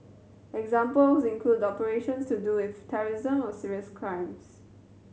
example include operations to do with terrorism or serious crimes